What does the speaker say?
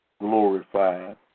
glorified